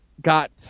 got